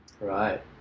right